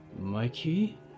Mikey